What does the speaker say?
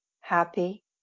happy